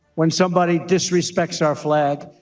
when somebody disrespects our flag,